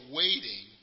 waiting